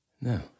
No